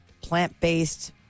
plant-based